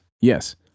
Yes